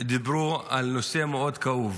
דיברו על נושא מאוד כאוב,